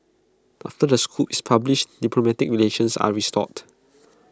after the scoop is published diplomatic relations are restored